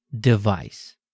device